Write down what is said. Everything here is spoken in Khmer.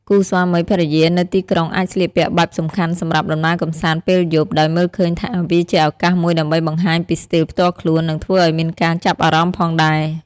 គូស្វាមីភរិយានៅទីក្រុងអាចស្លៀកពាក់បែបសំខាន់សម្រាប់ដំណើរកម្សាន្តពេលយប់ ដោយមើលឃើញថាវាជាឱកាសមួយដើម្បីបង្ហាញពីស្ទីលផ្ទាល់ខ្លួន និងធ្វើឱ្យមានការចាប់អារម្មណ៍ផងដែរ។